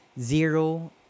zero